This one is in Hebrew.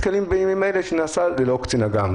ובימים אלה אנחנו נתקלים שזה נעשה ללא קצין אג"ם.